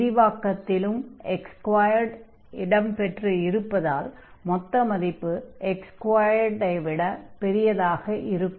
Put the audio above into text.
விரிவாக்கத்திலும் x2 இடம் பெற்று இருப்பதால் மொத்த மதிப்பு x2 விட பெரியதாக இருக்கும்